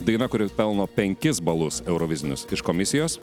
daina kuri pelno penkis balus eurovizinius komisijos